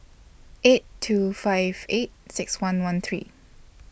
eight two five eight six one one three